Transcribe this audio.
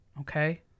okay